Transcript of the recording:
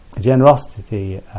generosity